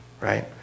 right